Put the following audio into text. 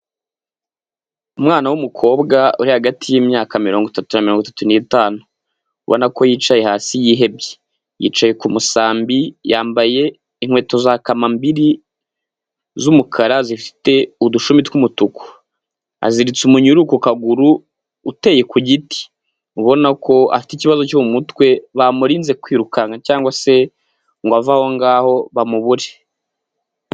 Umwana w'umukobwa uri hagati y'imyaka mirongo itatu na mirongo itatu n'itanu . Ubona ko yicaye hasi yihebye . Yicaye ku musambi yambaye inkweto za kama mbiri z'umukara zifite udushumi tw'umutuku. Aziritse umunyururu ku kaguru uteye ku giti, ubona ko afite ikibazo cyo mu mutwe, bamurinze kwirukanaka cyangwa se ngo ave aho ngaho bamubure.